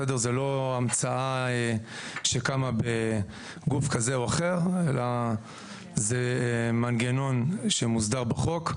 זה לא המצאה שקמה בגוף כזה או אחר אלא זה מנגנון שמוסדר בחוק.